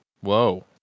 whoa